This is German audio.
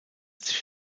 sich